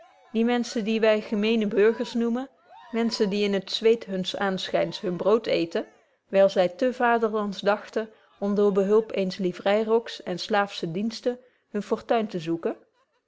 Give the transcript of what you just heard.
die menschen die wy gemene burgers noemen menschen die in t zweet huns aanschyns hun brood eeten wyl zy te vaderlandsch dagten om door behulp eens livreiroks en slaafsche diensten hun fortuin te zoeken